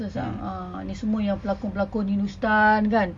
ah ni semua yang pelakon-pelakon hindustan kan